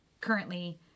currently